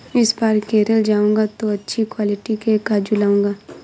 इस बार केरल जाऊंगा तो अच्छी क्वालिटी के काजू लाऊंगा